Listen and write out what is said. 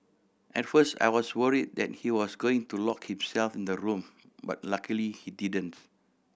at first I was worry that he was going to lock himself in the room but luckily he didn't